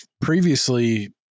previously